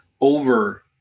over